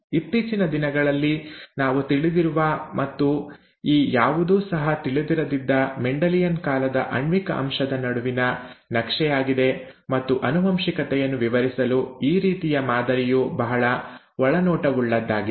ಇತ್ತೀಚಿನ ದಿನಗಳಲ್ಲಿ ನಾವು ತಿಳಿದಿರುವ ಮತ್ತು ಈ ಯಾವುದೂ ಸಹ ತಿಳಿದಿರದಿದ್ದ ಮೆಂಡೆಲಿಯನ್ ಕಾಲದ ಆಣ್ವಿಕ ಅಂಶದ ನಡುವಿನ ನಕ್ಷೆಯಾಗಿದೆ ಮತ್ತು ಆನುವಂಶಿಕತೆಯನ್ನು ವಿವರಿಸಲು ಈ ರೀತಿಯ ಮಾದರಿಯು ಬಹಳ ಒಳನೋಟವುಳ್ಳದ್ದಾಗಿದೆ